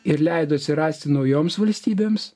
ir leido atsirasti naujoms valstybėms